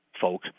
folk